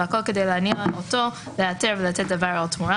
והכול כדי להניע אותו להיעתר ולתת דבר או תמורה,